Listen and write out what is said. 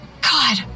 God